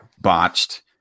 botched